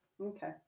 okay